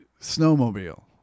snowmobile